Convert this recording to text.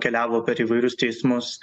keliavo per įvairius teismus